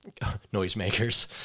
noisemakers